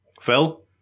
Phil